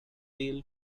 deal